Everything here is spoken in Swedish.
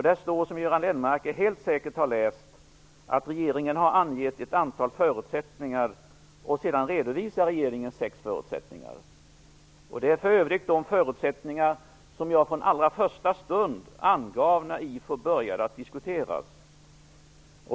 Där står det, som Göran Lennmarker säkert har läst, att regeringen har "angivit ett antal förutsättningar". Sedan redovisar regeringen sex förutsättningar. Det är för övrigt de förutsättningar som jag från allra första stund angav när IFOR började diskuteras.